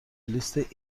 لیست